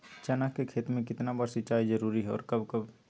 चना के खेत में कितना बार सिंचाई जरुरी है और कब कब?